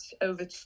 over